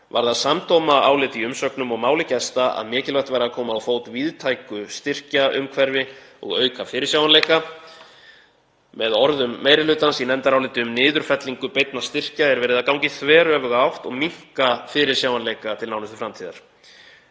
Var það samdóma álit í umsögnum og máli gesta að mikilvægt væri að koma á fót víðtæku styrkjaumhverfi og auka fyrirsjáanleika. Með orðum meiri hlutans í nefndaráliti um niðurfellingu beinna styrkja er verið að ganga í þveröfuga átt og minnka fyrirsjáanleika til nánustu framtíðar.